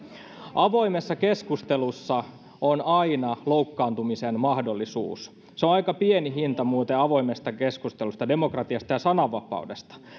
avoimessa keskustelussa on aina loukkaantumisen mahdollisuus se on muuten aika pieni hinta avoimesta keskustelusta demokratiasta ja sananvapaudesta